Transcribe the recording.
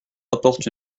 apporte